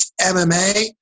MMA